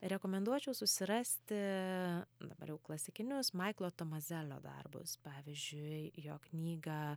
rekomenduočiau susirasti dabar jau klasikinius maiklo tomazelio darbus pavyzdžiui jo knygą